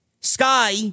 Sky